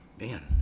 man